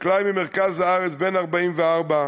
חקלאי ממרכז הארץ, בן 44,